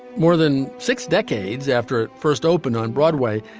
more than six decades after it first opened on broadway.